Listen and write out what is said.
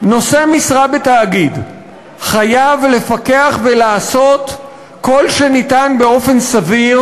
נושא משרה בתאגיד חייב לפקח ולעשות כל שניתן באופן סביר